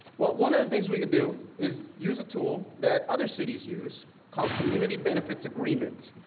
well, one of the things we could do is use a tool that other cities use called community benefits agreement.